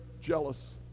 jealous